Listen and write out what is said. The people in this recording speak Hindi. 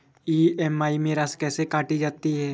ई.एम.आई में राशि कैसे काटी जाती है?